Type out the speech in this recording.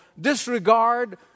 disregard